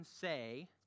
say